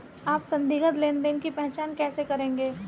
आप संदिग्ध लेनदेन की पहचान कैसे करेंगे?